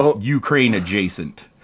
Ukraine-adjacent